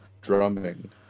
drumming